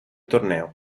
torneo